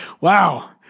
wow